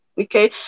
Okay